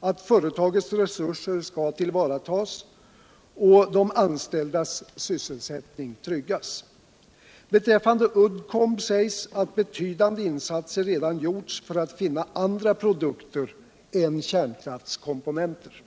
att företagets resurser tas till vara och de anställdas sysselsättning tryggas. Beträffande Uddecomb sägs att betydande insatser redan gjorts för att finna andra produkter än kärnkraftskomponenter.